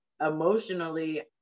Emotionally